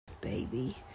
baby